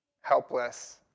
helpless